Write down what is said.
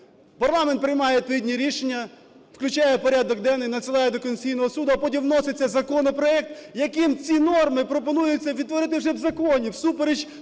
Парламент приймає відповідні рішення, включає в порядок денний, надсилає до Конституційного Суду. А потім вноситься законопроект, яким ці норми пропонується відтворити вже в законі всупереч